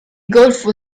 golfo